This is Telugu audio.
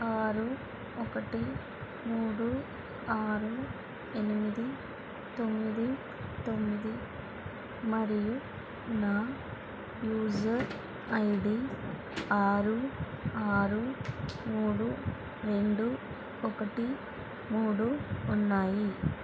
ఆరు ఒకటి మూడు ఆరు ఎనిమిది తొమ్మిది తొమ్మిది మరియు నా యూజర్ ఐ డీ ఆరు ఆరు మూడు రెండు ఒకటి మూడు ఉన్నాయి